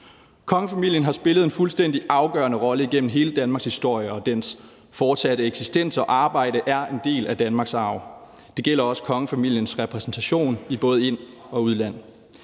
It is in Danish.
Kongefamilien har spillet en fuldstændig afgørende rolle igennem hele Danmarks historie, og dens fortsatte eksistens og arbejde er en del af Danmarks arv. Det gælder også kongefamiliens repræsentation i både ind- og udland.